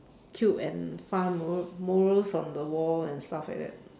cute and fun mural murals on the wall and stuff like that